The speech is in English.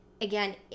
again